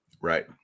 Right